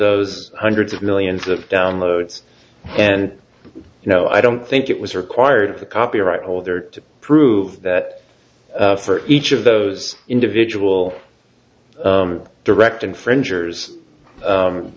those hundreds of millions of downloads and you know i don't think it was required of the copyright holder to prove that for each of those individual direct infringe